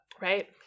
right